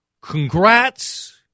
congrats